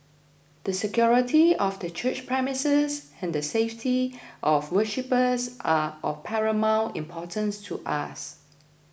the security of the church premises and the safety of our worshippers are of paramount importance to us